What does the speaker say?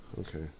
Okay